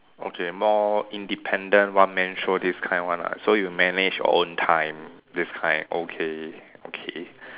okay more independent one man show this kind one ah so you manage your own time this time okay okay